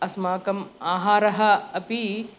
अस्माकं आहारः अपि